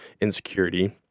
insecurity